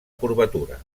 curvatura